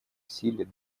силе